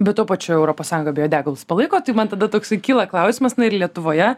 bet tuo pačiu europos sąjunga biodegalus palaiko tai man tada toksai kyla klausimas na ir lietuvoje